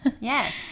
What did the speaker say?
Yes